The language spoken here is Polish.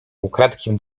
ukradkiem